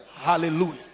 Hallelujah